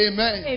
Amen